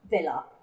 Villa